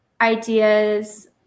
ideas